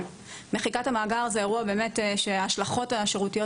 שמחיקת המאגר זה אירוע שההשלכות השירותיות